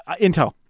Intel